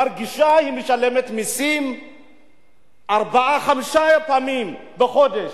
מרגישה שהיא משלמת מסים ארבע-חמש פעמים בחודש,